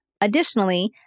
Additionally